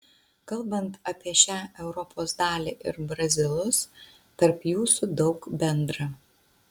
kalbant apie šią europos dalį ir brazilus tarp jūsų daug bendra